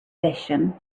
tradition